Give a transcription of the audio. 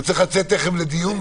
הוא צריך לצאת תכף לדיון,